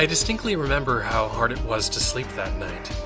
ah distinctly remember how hard it was to sleep that night.